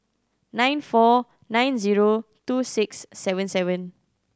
nine four nine zero two six seven seven